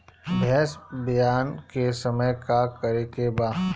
भैंस ब्यान के समय का करेके बा?